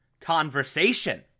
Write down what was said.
conversation